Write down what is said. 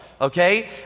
okay